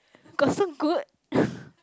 got so good